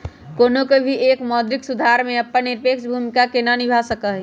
कौनो भी एक देश मौद्रिक सुधार में अपन निरपेक्ष भूमिका के ना निभा सका हई